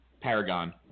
Paragon